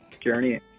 journey